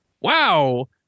wow